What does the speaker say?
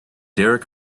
derek